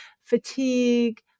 fatigue